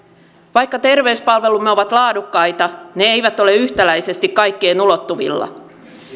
vaikka terveyspalvelumme ovat laadukkaita ne eivät ole yhtäläisesti kaikkien ulottuvilla